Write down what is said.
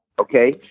Okay